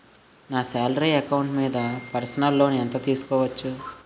నా salary account మీద personal loan ఎంత తీసుకోవచ్చు?